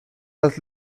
las